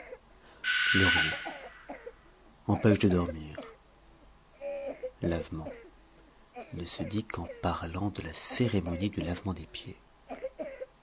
lauriers empêchent de dormir lavement ne se dit qu'en parlant de la cérémonie du lavement des pieds